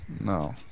No